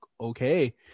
okay